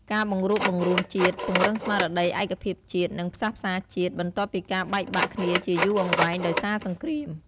ការបង្រួបបង្រួមជាតិ ពង្រឹងស្មារតីឯកភាពជាតិ និងផ្សះផ្សាជាតិ បន្ទាប់ពីការបែកបាក់គ្នាជាយូរអង្វែងដោយសារសង្គ្រាម។